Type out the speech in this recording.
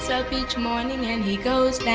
so up each morning and he goes yeah